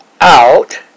out